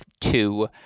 two